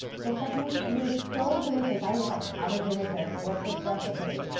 the chef made. it is so delicious. i was like, how did you make this? what's this recipe.